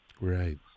Right